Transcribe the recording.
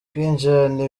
kwinjirana